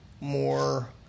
More